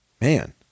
man